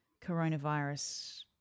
coronavirus